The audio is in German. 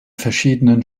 verschiedenen